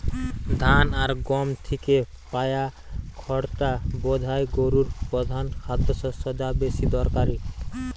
ধান আর গম থিকে পায়া খড়টা বোধায় গোরুর পোধান খাদ্যশস্য যা বেশি দরকারি